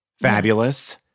Fabulous